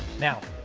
now,